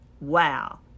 wow